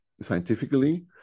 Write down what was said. scientifically